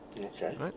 Okay